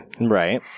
Right